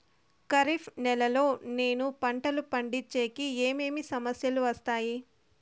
ఖరీఫ్ నెలలో నేను పంటలు పండించేకి ఏమేమి సమస్యలు వస్తాయి?